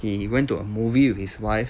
he he went to a movie with his wife